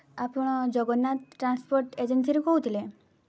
ଆପଣ ଜଗନ୍ନାଥ ଟ୍ରାନ୍ସପୋର୍ଟ ଏଜେନ୍ସିରୁ କହୁଥିଲେ